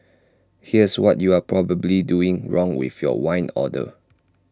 here's what you are probably doing wrong with your wine order